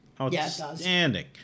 outstanding